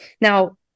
Now